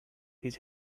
his